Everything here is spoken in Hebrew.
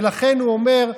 ולכן הוא אומר: